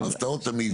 לא, הפתעות תמיד יש.